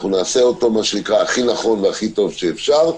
אנחנו נעשה אותו מה שנקרא הכי נכון והכי טוב שאפשר,